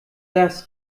das